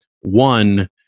One